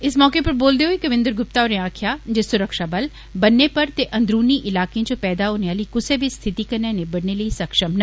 इस मौके उप्पर बोलदे होई कविन्द्र गुप्ता होरे आक्खेआ जे सुरक्षाबल बन्ने उप्पर ते अन्दरुनी इलाकें च पैदा होने आली कुसै बी स्थिति कन्नै निबड़ने लेई सक्ष्म न